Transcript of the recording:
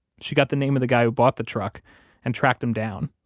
she got the name of the guy who bought the truck and tracked him down,